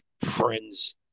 friends